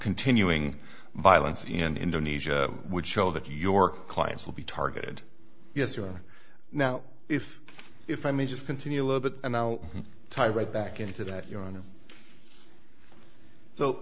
continuing violence in indonesia would show that your clients will be targeted yes or now if if i may just continue a little bit and now time right back into that your honor so